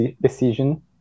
decision